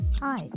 Hi